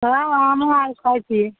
थोड़ा मोड़ा आमो आओर खाइ छिए